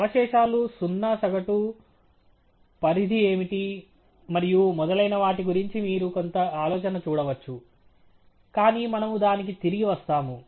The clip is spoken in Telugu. అవశేషాలు సున్నా సగటు పరిధి ఏమిటి మరియు మొదలైన వాటి గురించి మీరు కొంత ఆలోచన చూడవచ్చు కానీ మనము దానికి తిరిగి వస్తాము